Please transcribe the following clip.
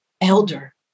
elder